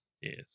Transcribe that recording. Yes